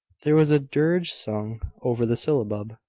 there was a dirge sung over the syllabub,